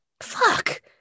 fuck